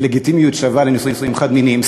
לגיטימיות שווה לנישואים חד-מיניים.